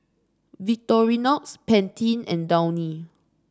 Victorinox Pantene and Downy